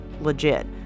legit